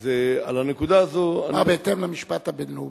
אז על הנקודה הזו, אמר: בהתאם למשפט הבין-לאומי.